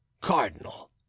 cardinal